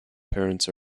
parents